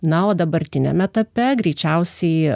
na o dabartiniame etape greičiausiai